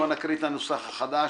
בואו נקריא את הנוסח החדש.